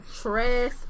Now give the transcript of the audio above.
trash